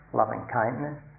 loving-kindness